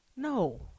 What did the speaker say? No